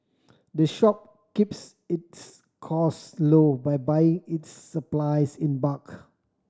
the shop keeps its costs low by buying its supplies in bulk